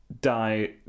die